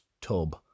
tub